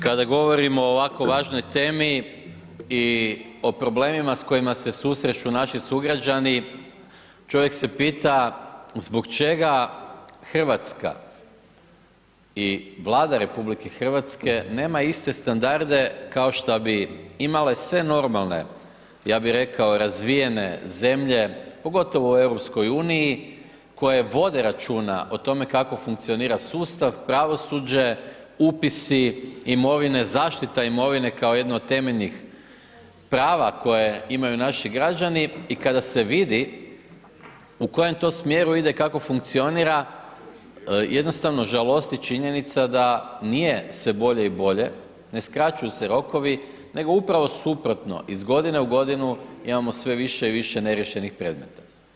Kada govorimo o ovako važnoj temi i o problemima s kojima se susreću naši sugrađani, čovjek se pita zbog čega Hrvatska i Vlada RH nema iste standarde kao što bi imale sve normalne, ja bih rekao razvijene zemlje, pogotovo u EU, koje vode računa o tome kako funkcionira sustav, pravosuđe, upisi imovine, zaštita imovine kao jedno od temeljnih prava koja imaju naši građani i kada se vidi u kojem to smjeru ide, kako funkcionira, jednostavno žalosti činjenica da nije sve bolje i bolje, ne skraćuju se rokovi nego upravo suprotno, iz godine u godinu imamo sve više i više neriješenih predmeta.